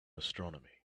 astronomy